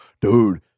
dude